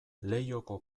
leihoko